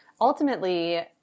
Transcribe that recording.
ultimately